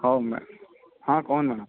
ହଉ ମ୍ୟାଡ଼ମ୍ ହଁ କହନ୍ତୁ ମ୍ୟାଡ଼ମ୍